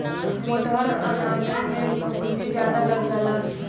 मोटहर अनाजन में फफूंदी जादा लग जाला